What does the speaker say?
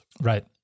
Right